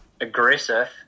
aggressive